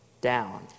down